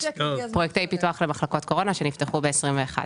פרויקטי פיתוח למחלקות קורונה שנפתחו ב-21'.